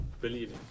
believe